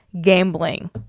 gambling